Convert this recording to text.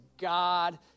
God